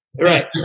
right